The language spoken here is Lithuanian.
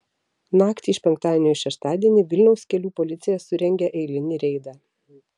naktį iš penktadienio į šeštadienį vilniaus kelių policija surengė eilinį reidą